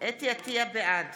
בעד